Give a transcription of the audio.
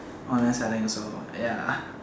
online selling also ya